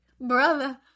brother